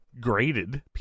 graded